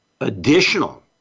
additional